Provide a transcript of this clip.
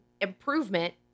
improvement